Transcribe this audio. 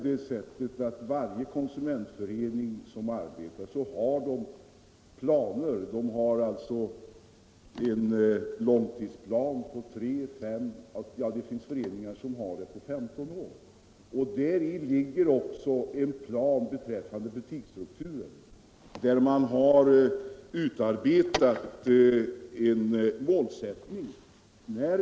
Ett faktum är att varje konsumentförening som arbetar har långtidsplaner på tre, fem eller upp till femton år. Däri ligger också en plan beträffande butiksstrukturen, där en målsättning för denna har utarbetats.